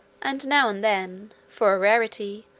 and now and then, for a rarity,